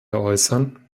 äußern